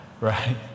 Right